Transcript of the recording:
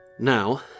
Now